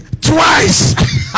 twice